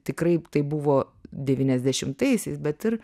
tikrai tai buvo devyniasdešimtaisiais bet ir